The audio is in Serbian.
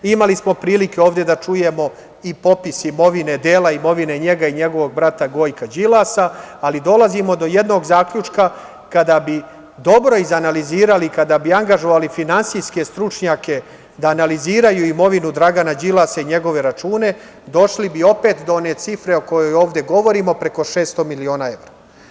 Imali smo prilike ovde da čujemo i popis imovine, dela imovine njega i njegovog brata Gojka Đilasa, ali dolazimo do jednog zaključka kada bi dobro izanalizirali, kada bi angažovali finansijske stručnjake da analiziraju imovinu Draga Đilasa i njegove račune, došli bi opet do one cifre o kojoj ovde govorimo, preko 600 miliona evra.